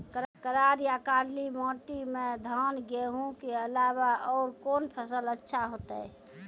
करार या काली माटी म धान, गेहूँ के अलावा औरो कोन फसल अचछा होतै?